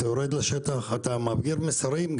אתה יורד לשטח, אתה מעביר גם מסרים.